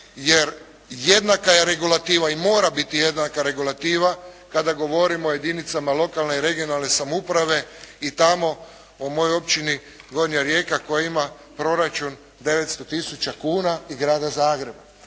jer jednaka je regulativa i mora biti jednaka regulativa kada govorimo o jedinicama lokalne i regionalne samouprave i tamo u mojoj općini Gornja Rijeka koja ima proračun 900 tisuća kuna i Grada Zagreba.